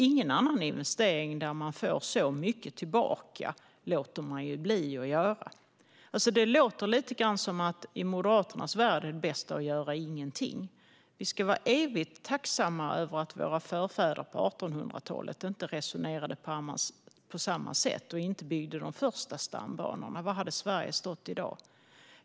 Ingen annan investering låter man bli att göra om man får så mycket tillbaka. Det låter lite som att det i Moderaternas värld är bäst att göra ingenting. Vi ska vara evigt tacksamma över att våra förfäder på 1800-talet inte resonerade på samma sätt och inte byggde de första stambanorna. Var hade Sverige då stått i dag?